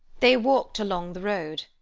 they walked along the road,